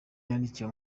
yandikiye